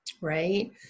right